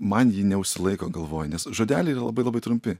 man ji neužsilaiko galvoj nes žodeliai yra labai labai trumpi